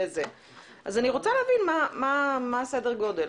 אני רוצה להבין מה סדר הגודל.